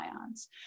ions